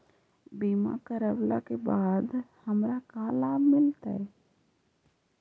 बीमा करवला के बाद हमरा का लाभ मिलतै?